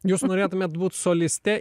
jūs norėtumėt būt soliste